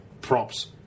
Props